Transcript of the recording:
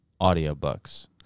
audiobooks